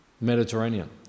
Mediterranean